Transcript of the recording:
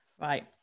Right